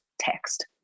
text